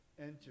enter